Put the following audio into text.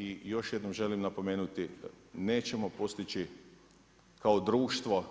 I još jednom želim napomenuti, nećemo postići kao društvo